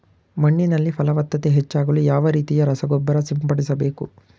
ಮಣ್ಣಿನಲ್ಲಿ ಫಲವತ್ತತೆ ಹೆಚ್ಚಾಗಲು ಯಾವ ರೀತಿಯ ರಸಗೊಬ್ಬರ ಸಿಂಪಡಿಸಬೇಕು?